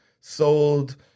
sold